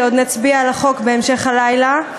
ועוד נצביע על החוק בהמשך הלילה,